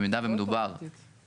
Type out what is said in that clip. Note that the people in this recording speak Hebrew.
במידה ומדובר